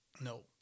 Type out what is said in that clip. No